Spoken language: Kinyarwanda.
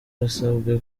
yasabwe